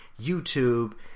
YouTube